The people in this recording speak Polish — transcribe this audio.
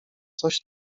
coś